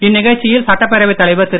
இந்நிகழ்ச்சியில் சட்டப்பேரவை தலைவர் திரு